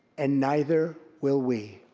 and neither will we.